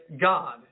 God